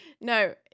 No